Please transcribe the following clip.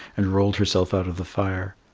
and rolled herself out of the fire.